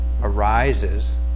arises